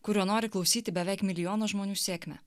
kurio nori klausyti beveik milijonas žmonių sėkmę